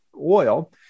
oil